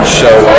show